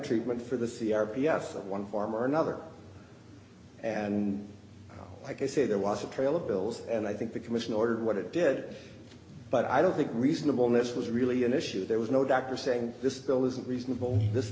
treatment for the c r p f that one form or another and like i said there was a trail of bills and i think the commission ordered what it did but i don't think reasonable ness was really an issue there was no doctor saying this bill isn't reasonable this